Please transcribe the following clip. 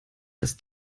das